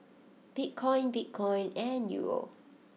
Bitcoin Bitcoin and Euro